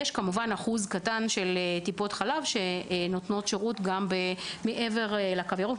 יש גם אחוז קטן של טיפות חלב שנותנות שירות מעבר לקו הירוק,